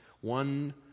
one